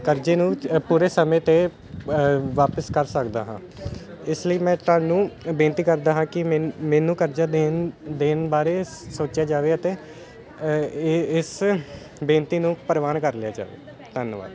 ਕਰਜ਼ੇ ਨੂੰ ਪੂਰੇ ਸਮੇਂ 'ਤੇ ਵਾਪਸ ਕਰ ਸਕਦਾ ਹਾਂ ਇਸ ਲਈ ਮੈਂ ਤੁਹਾਨੂੰ ਬੇਨਤੀ ਕਰਦਾ ਹਾਂ ਕਿ ਮੈਨੂੰ ਮੈਨੂੰ ਕਰਜ਼ਾ ਦੇਣ ਦੇਣ ਬਾਰੇ ਸੋਚਿਆ ਜਾਵੇ ਅਤੇ ਇਹ ਇਸ ਬੇਨਤੀ ਨੂੰ ਪ੍ਰਵਾਨ ਕਰ ਲਿਆ ਜਾਵੇ ਧੰਨਵਾਦ